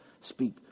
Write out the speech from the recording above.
speak